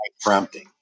prompting